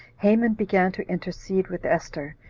haman began to intercede with esther,